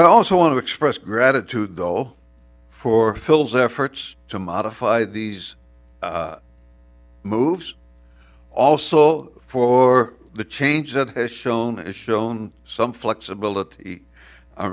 i also want to express gratitude though for phil's efforts to modify these moves also for the change that has shown as shown some flexibility